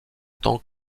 tant